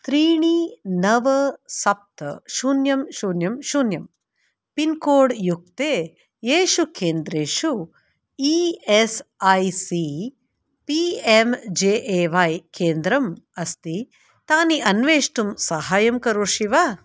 त्रीणि नव सप्त शून्यं शून्यं शून्यं पिन्कोड् युक्ते येषु केन्द्रेषु E S I C P M J A Y केन्द्रम् अस्ति तानि अन्वेष्टुं साहाय्यं करोषि वा